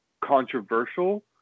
controversial